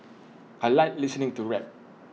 I Like listening to rap